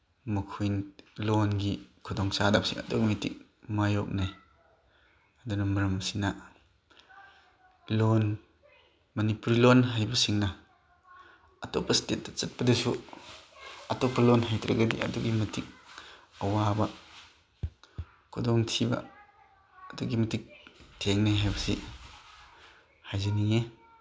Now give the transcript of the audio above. ꯃꯈꯣꯏ ꯂꯣꯟꯒꯤ ꯈꯨꯗꯣꯡꯆꯥꯗꯕꯁꯤ ꯑꯗꯨꯛꯀꯤ ꯃꯇꯤꯛ ꯃꯥꯌꯣꯛꯅꯩ ꯑꯗꯨꯅ ꯃꯔꯝ ꯑꯁꯤꯅ ꯂꯣꯟ ꯃꯅꯤꯄꯨꯔꯤ ꯂꯣꯟ ꯍꯩꯕꯁꯤꯡꯅ ꯑꯇꯣꯞꯄ ꯁ꯭ꯇꯦꯠꯇ ꯆꯠꯄꯗꯁꯨ ꯑꯇꯣꯞꯄ ꯂꯣꯟ ꯍꯩꯇ꯭ꯔꯒꯗꯤ ꯑꯗꯨꯛꯀꯤ ꯃꯇꯤꯛ ꯑꯋꯥꯕ ꯈꯨꯗꯣꯡꯊꯤꯕ ꯑꯗꯨꯛꯀꯤ ꯃꯇꯤꯛ ꯊꯦꯡꯅꯩ ꯍꯥꯏꯕꯁꯤ ꯍꯥꯏꯖꯅꯤꯡꯏ